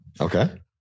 Okay